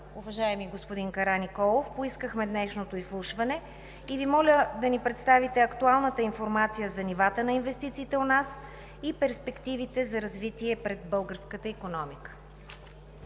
уважаеми господин Караниколов, поискахме днешното изслушване. Моля Ви да ни представите актуалната информация за нивата на инвестициите у нас и перспективите за развитие пред българската икономика.